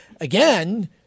again